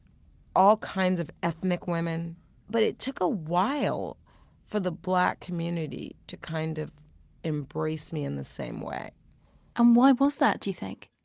all kinds of ethnic women but it took a while for the black community to kind of embrace me in the same way and why was that? you